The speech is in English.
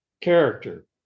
character